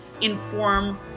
inform